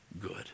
good